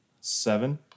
seven